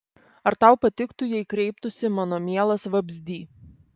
ar tau patiktų jei kreiptųsi mano mielas vabzdy